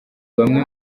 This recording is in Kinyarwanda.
bamwe